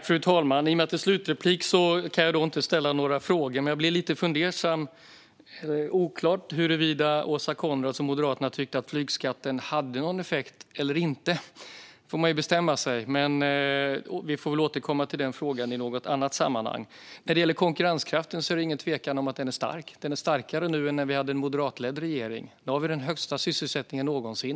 Fru talman! I och med att detta är debattens sista inlägg kan jag inte ställa några frågor, men jag blir lite fundersam. Det var oklart huruvida Åsa Coenraads och Moderaterna tyckte att flygskatten hade någon effekt eller inte. Där får man bestämma sig. Men vi får väl återkomma till den frågan i något annat sammanhang. När det gäller konkurrenskraften är det ingen tvekan om att den är stark. Den är starkare nu än när vi hade en moderatledd regering. Nu har vi den högsta sysselsättningen någonsin.